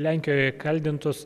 lenkijoje kaldintos